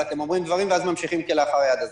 אבל אתם אומרים דברים ואז ממשיכים כלאחר יד,